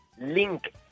link